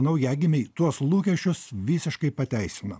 naujagimiai tuos lūkesčius visiškai pateisino